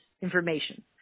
information